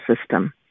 system